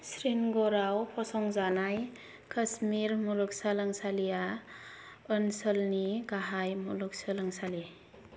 श्रीनगरआव फसंजानाय काश्मीर मुलुगसोलोंसालिआ ओनसोलनि गाहाय मुलुगसोलोंसालि